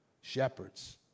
shepherds